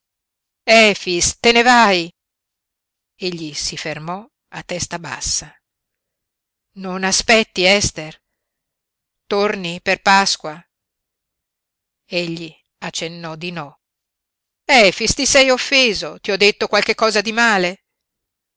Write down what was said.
te ne vai egli si fermò a testa bassa non aspetti ester torni per pasqua egli accennò di no efix ti sei offeso ti ho detto qualche cosa di male